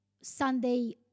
Sunday